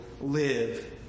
live